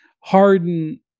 Harden